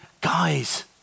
guys